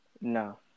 No